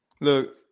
look